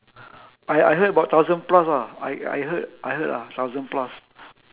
I I heard about thousand plus ah I I heard I heard ah thousand plus